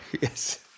Yes